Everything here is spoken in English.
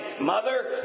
mother